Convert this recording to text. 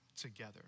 together